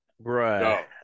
Right